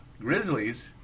Grizzlies